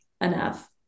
enough